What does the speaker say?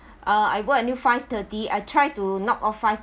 uh I work until five thirty I try to log off five